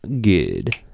good